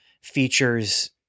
features